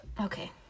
Okay